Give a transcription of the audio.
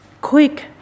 Quick